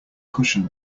cushion